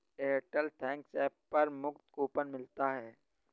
Airtel thanks app पर मुफ्त coupon मिलता है